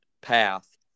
path